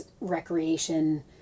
recreation